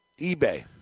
eBay